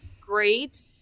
Great